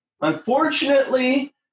unfortunately